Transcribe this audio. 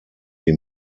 die